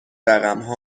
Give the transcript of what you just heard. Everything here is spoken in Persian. رقمها